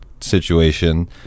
situation